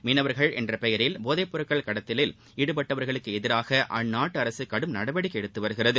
மீனவர்கள் என்ற பெயரில் போதைப் பொருட்கள் கடத்திலில் ஈடுபடுபவர்களுக்கு எதிராக அந்நாட்டு அரசு கடும் நடவடிக்கை எடுத்து வருகிறது